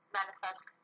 manifest